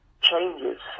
changes